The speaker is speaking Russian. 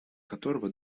которого